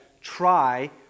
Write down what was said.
try